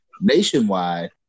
nationwide